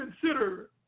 consider